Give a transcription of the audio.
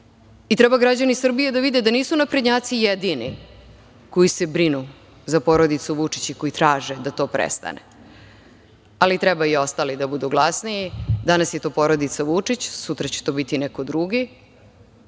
građani Srbije da vide da nisu naprednjaci jedini koji se brinu za porodicu Vučić i koji traže da to prestane, ali treba i ostali da budu glasniji. Danas je to porodica Vučić, sutra će to biti neko drugi. Hvala